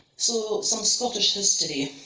so some scottish history